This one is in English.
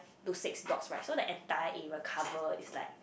to six docks right so the entire area covers it's like